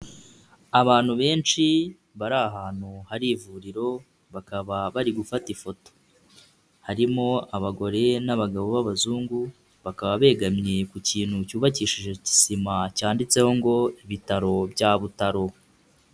Abantu benshi bari ahantu hari ivuriro, bakaba bari gufata ifoto, harimo abagore n'abagabo b'abazungu, bakaba begamiye ku kintu cyubakishije sima cyanditseho ngo ibitaro bya Butaro.